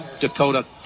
Dakota